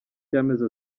cy’amezi